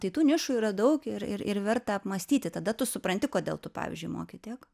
tai tų nišų yra daug ir ir ir verta apmąstyti tada tu supranti kodėl tu pavyzdžiui moki tiek